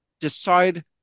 decide